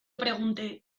pregunté